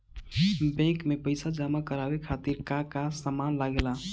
Bank में पईसा जमा करवाये खातिर का का सामान लगेला?